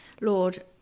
Lord